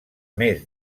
més